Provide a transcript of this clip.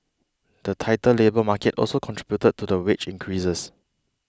the tighter labour market also contributed to the wage increases